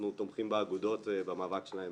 אנחנו תומכים באגודות, במאבק שלהן